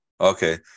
Okay